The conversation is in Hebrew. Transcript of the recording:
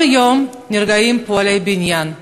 כל יום נהרגים פועלי בניין,